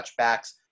touchbacks